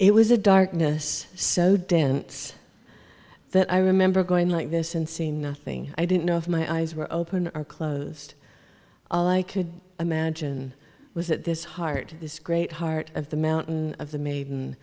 it was a darkness so dense that i remember going like this and seeing nothing i didn't know if my eyes were open or closed all i could imagine was that this hard this great heart of the mountain of the maid